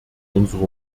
unsere